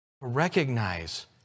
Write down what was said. Recognize